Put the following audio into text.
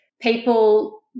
people